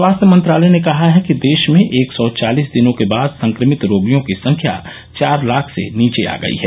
स्वास्थ्य मंत्रालय ने कहा है कि देश में एक सौ चालिस दिनों के बाद संक्रमित रोगियों की संख्या चार लाख से नीचे आ गई है